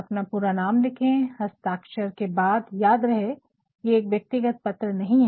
अपना पूरा नाम लिखे हस्ताक्षर के बाद याद रहे की ये व्यक्तिगत पत्र नहीं है